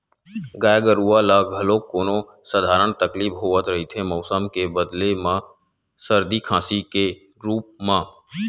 गाय गरूवा ल घलोक कोनो सधारन तकलीफ होवत रहिथे मउसम के बदले म सरदी, खांसी के रुप म